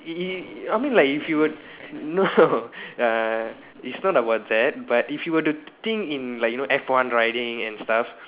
it I mean like if you would no uh it's not about that but if you were to think in like you know F one riding and stuff